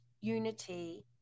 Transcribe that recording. unity